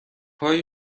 های